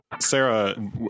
Sarah